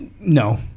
No